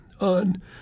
on